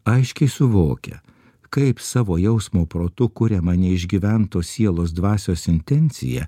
aiškiai suvokia kaip savo jausmo protu kuriamą neišgyventos sielos dvasios intenciją